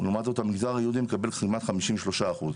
ולעומת זאת המגזר היהודי מקבל כמעט חמישים ושלושה אחוז.